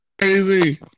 Crazy